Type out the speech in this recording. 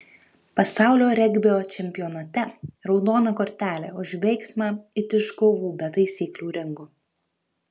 pasaulio regbio čempionate raudona kortelė už veiksmą it iš kovų be taisyklių ringo